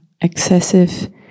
excessive